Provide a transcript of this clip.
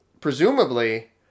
Presumably